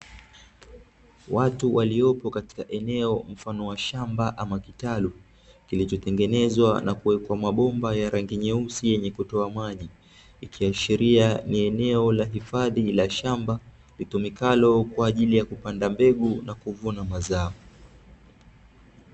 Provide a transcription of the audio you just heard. Watu waliopo katika eneo mfano wa shamba ama kitalu, kilichotengenezwa na kuwekwa mabomba ya rangi nyeusi yenye kutoa maji, ikiashiria ni eneo la hifadhi la shamba litumikalo kwa ajili ya kupanda mbegu na kuvuna mazao.